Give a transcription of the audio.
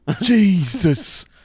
Jesus